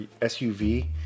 suv